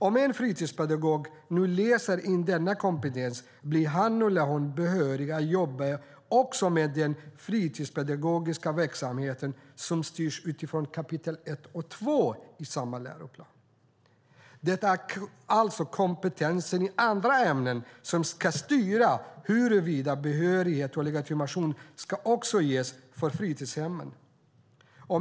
Om en fritidspedagog läser in denna kompetens blir han eller hon behörig att jobba också med den fritidspedagogiska verksamheten som styrs utifrån kapitel 1 och 2 i samma läroplan. Det är alltså kompetensen i andra ämnen som ska styra huruvida behörighet och legitimation också ska ges för personalen i fritidshemmen.